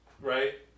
right